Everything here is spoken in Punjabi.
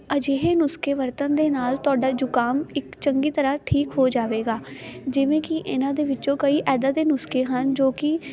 ਅਜਿਹੇ ਨੁਸਕੇ ਵਰਤਣ ਦੇ ਨਾਲ ਤੁਹਾਡਾ ਜੁਕਾਮ ਇੱਕ ਚੰਗੀ ਤਰ੍ਹਾਂ ਠੀਕ ਹੋ ਜਾਵੇਗਾ ਜਿਵੇਂ ਕੀ ਇਨ੍ਹਾਂ ਦੇ ਵਿੱਚੋਂ ਕਈ ਐਦਾਂ ਦੇ ਨੁਸਕੇ ਹਨ ਜੋ ਕੀ